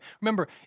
Remember